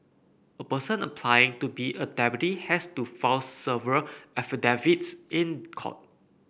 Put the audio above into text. a person applying to be a deputy has to file several affidavits in court